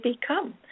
become